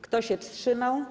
Kto się wstrzymał?